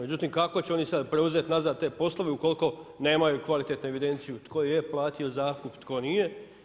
Međutim, kako će oni sad preuzeti nazad te poslove ukoliko nemaju kvalitetnu evidenciju, tko je platio zakup, tko nije.